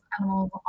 animals